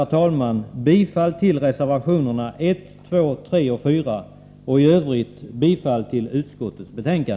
Jag yrkar bifall till reservationerna 1, 2,3 och 4 och i övrigt till utskottets hemställan.